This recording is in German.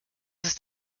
ist